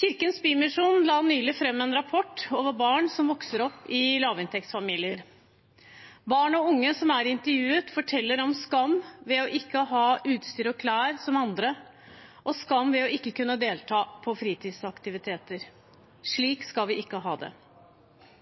Kirkens bymisjon la nylig fram en rapport om barn som vokser opp i lavinntektsfamilier. Barn og unge som er intervjuet, forteller om skam ved ikke å ha utstyr og klær som andre og skam over ikke å kunne delta på fritidsaktiviteter. Slik skal vi ikke ha det.